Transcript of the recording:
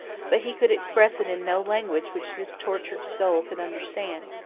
but he could express it in no language which this tortured soul could understand.